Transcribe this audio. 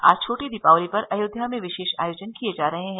आज छोटी दीपावली पर अयोध्या में विशेष आयोजन किए जा रहे हैं